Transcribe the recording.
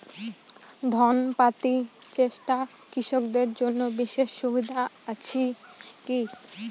ঋণ পাতি চেষ্টা কৃষকদের জন্য বিশেষ সুবিধা আছি কি?